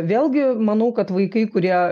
vėlgi manau kad vaikai kurie